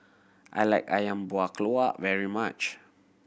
I like Ayam Buah Keluak very much